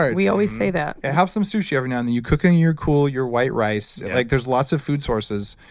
um we always say that have some sushi every now and then. you cook on your cool, your white rice. like there's lots of food sources.